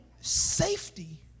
safety